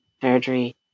surgery